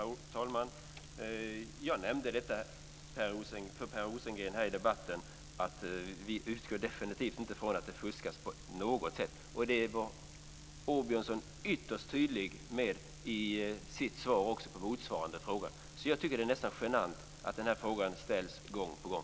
Herr talman! Jag nämnde för Per Rosengren i debatten att vi definitivt inte utgår från att det fuskas på något sätt. Det var Åbjörnsson ytterst tydlig med i sitt svar på motsvarande fråga. Jag tycker att det är nästan genant att den här frågan ställs gång på gång.